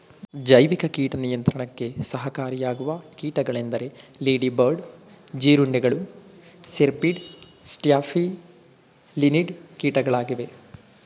ಜೈವಿಕ ಕೀಟ ನಿಯಂತ್ರಣಕ್ಕೆ ಸಹಕಾರಿಯಾಗುವ ಕೀಟಗಳೆಂದರೆ ಲೇಡಿ ಬರ್ಡ್ ಜೀರುಂಡೆಗಳು, ಸಿರ್ಪಿಡ್, ಸ್ಟ್ಯಾಫಿಲಿನಿಡ್ ಕೀಟಗಳಾಗಿವೆ